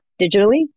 digitally